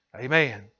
Amen